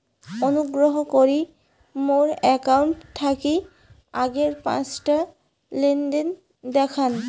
অনুগ্রহ করি মোর অ্যাকাউন্ট থাকি আগের পাঁচটা লেনদেন দেখান